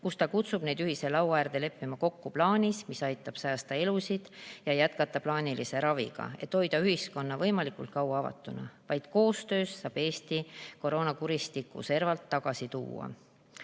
kus ta kutsub neid ühise laua äärde leppima kokku plaanis, mis aitab säästa elusid ja jätkata plaanilist ravi, hoida ühiskond võimalikult kaua avatuna. Vaid koostöös saab Eesti koroonakuristiku servalt tagasi tuua.